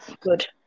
good